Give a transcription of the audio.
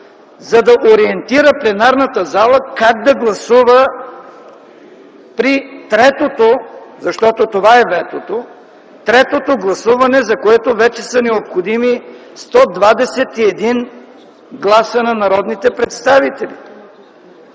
за да ориентира пленарната зала как да гласува при третото, защото това е ветото – трето гласуване, за което вече са необходими 121 гласа на народните представители.